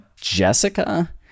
Jessica